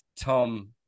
Tom